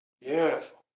Beautiful